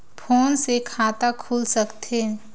Phone से खाता खुल सकथे?